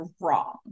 wrong